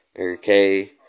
okay